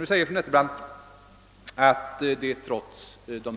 Nu säger fru Nettelbrandt att det trots de